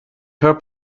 her